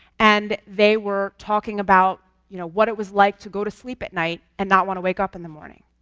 and they were talking about you know what it was like to go to sleep at night and not want to wake up in the morning.